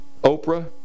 Oprah